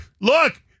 Look